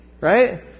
Right